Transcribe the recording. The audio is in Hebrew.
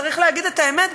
צריך להגיד את האמת,